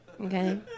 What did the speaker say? okay